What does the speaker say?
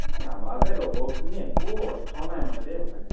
এই আমাৰ যে লগৰখিনি একো অৰ্থ নাই মানে দেই সঁচাকৈ